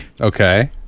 okay